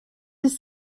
dix